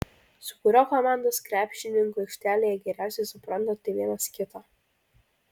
su kuriuo komandos krepšininku aikštelėje geriausiai suprantate vienas kitą